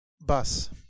bus